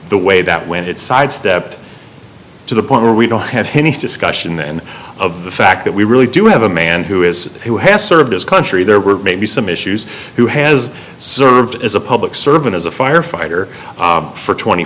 the way that when it's sidestepped to the point where we don't have anything in the end of the fact that we really do have a man who is who has served his country there were maybe some issues who has served as a public servant as a firefighter for twenty